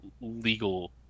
legal